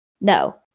No